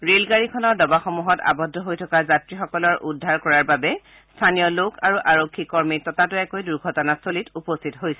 ৰেলগাড়ীখনৰ ডবা সমূহত আৱদ্ধ হৈ থকা যাত্ৰী সকলৰ উদ্ধাৰ কৰাৰ বাবে স্থানীয় লোক আৰু আৰক্ষী কৰ্মী ততাতয়াকৈ দুৰ্ঘটিনাস্থলীত উপস্থিত হয়